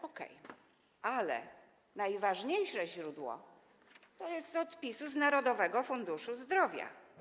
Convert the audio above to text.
OK. Ale najważniejszym źródłem jest odpis z Narodowego Funduszu Zdrowia.